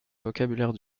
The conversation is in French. vocabulaire